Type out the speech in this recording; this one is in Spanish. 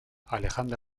alejandra